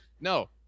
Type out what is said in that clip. No